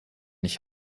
nicht